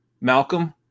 Malcolm